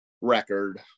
record